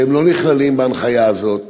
שלא נכללים בהנחיה הזאת.